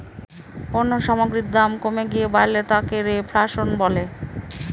পণ্য সামগ্রীর দাম কমে গিয়ে বাড়লে তাকে রেফ্ল্যাশন বলে